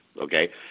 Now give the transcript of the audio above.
Okay